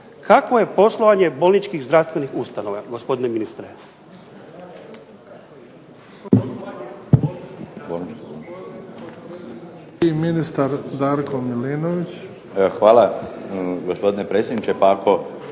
kakvo je poslovanje bolničkih zdravstvenih ustanova gospodine ministre?